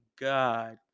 God